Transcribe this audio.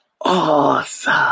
awesome